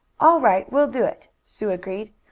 all right, we'll do it! sue agreed.